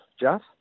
Jeff